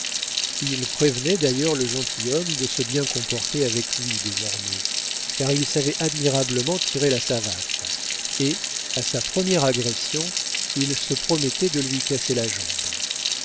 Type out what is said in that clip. il prévenait d'ailleurs le gentilhomme de se bien comporter avec lui désormais car il savait admirablement tirer la savate et à sa première agression il se promettait de lui casser la jambe